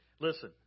Listen